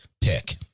pick